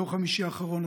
ביום חמישי האחרון,